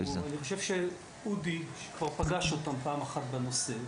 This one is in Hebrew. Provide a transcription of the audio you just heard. אודי פגש אותם פעם אחת בנושא,